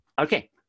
Okay